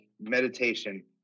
meditation